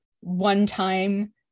one-time